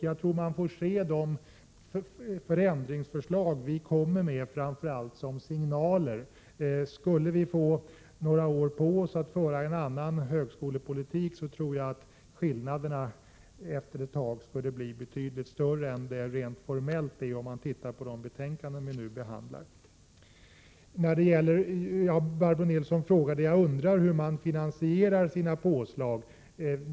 Jag tror man får se de förändringsförslag vi kommer med framför allt som signaler. Skulle vi få några år på oss att föra en annan högskolepolitik, tror jag att skillnaderna efter ett tag skulle bli betydligt större än de rent formellt är, om man tittar på de betänkanden kammaren nu behandlar. Barbro Nilsson frågade hur vi i oppositionen finansierar våra påslag?